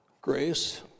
grace